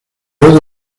desde